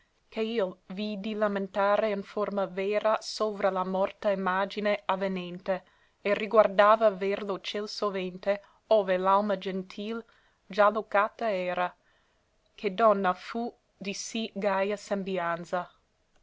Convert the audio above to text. ch'io l vidi lamentare in forma vera sovra la morta imagine avenente e riguardava ver lo ciel sovente ove l'alma gentil già locata era che donna fu di sì gaia sembianza